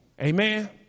Amen